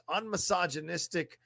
unmisogynistic